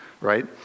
right